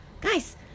guys